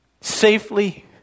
Safely